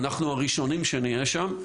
אנחנו הראשונים שנהיה שם.